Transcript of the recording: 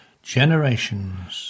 Generations